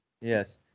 Yes